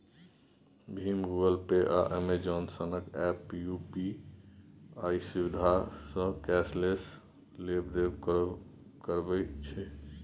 भीम, Google Pay, आ Amazon सनक app UPI सुविधासँ कैशलेस लेब देब करबै छै